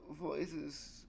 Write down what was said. voices